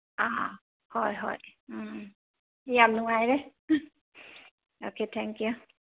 ꯑꯥ ꯍꯣꯏ ꯍꯣꯏ ꯎꯝ ꯌꯥꯝ ꯅꯨꯡꯉꯥꯏꯔꯦ ꯑꯣꯀꯦ ꯊꯦꯡ ꯀꯤꯌꯨ